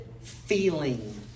feeling